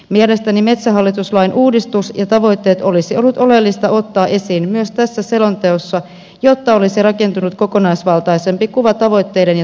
mielestäni metsähallitus lain uudistus ja tavoitteet olisi ollut oleellista ottaa esiin myös tässä selonteossa jotta olisi rakentunut kokonaisvaltaisempi kuva tavoitteiden ja todellisuuden välille